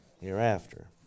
Hereafter